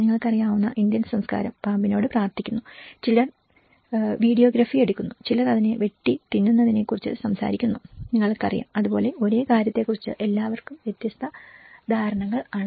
നിങ്ങൾക്കറിയാവുന്ന ഇന്ത്യൻ സംസ്കാരം പാമ്പിനോട് പ്രാർത്ഥിക്കുന്നു ചിലർ വീഡിയോഗ്രാഫി എടുക്കുന്നു ചിലർ അതിനെ വെട്ടി തിന്നുന്നതിനെക്കുറിച്ച് സംസാരിക്കുന്നു നിങ്ങൾക്കറിയാം അതുപോലെ ഒരേ കാര്യത്തെക്കുറിച്ച് എല്ലാവർക്കും വ്യത്യസ്ത ധാരണകൾ ആണ്